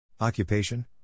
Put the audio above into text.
Occupation